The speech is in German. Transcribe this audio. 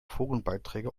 forenbeiträge